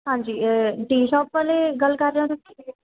ਹਾਂਜੀ tea shop ਵਾਲੇ ਗੱਲ ਕਰ ਰਹੇ ਹੋ ਤੁਸੀਂ